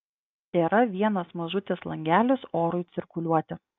tėra vienas mažutis langelis orui cirkuliuoti